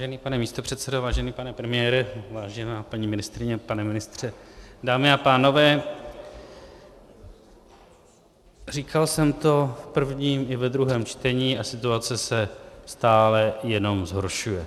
Vážený pane místopředsedo, vážený pane premiére, vážená paní ministryně, pane ministře, dámy a pánové, říkal jsem to v prvním i ve druhém čtení a situace se stále jenom zhoršuje.